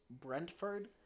Brentford